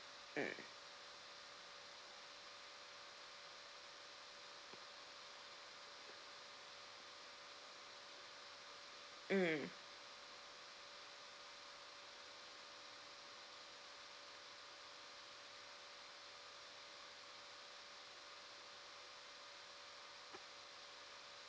mm mm